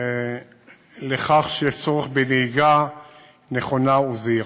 לכך שיש צורך בנהיגה נכונה וזהירה.